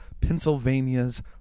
Pennsylvania's